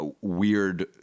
weird